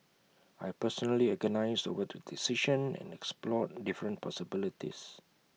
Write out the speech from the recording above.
I personally agonised over the decision and explored different possibilities